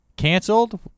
canceled